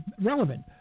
relevant